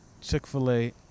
Chick-fil-A